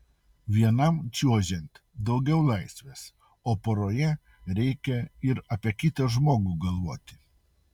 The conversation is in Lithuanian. vienam čiuožiant daugiau laisvės o poroje reikia ir apie kitą žmogų galvoti